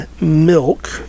milk